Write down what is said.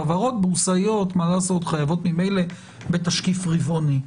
חברות בורסאיות חייבות ממילא בתשקיף רבעוני.